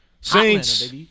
Saints